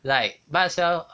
like might as well